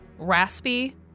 Raspy